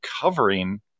covering